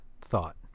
thought